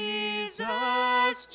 Jesus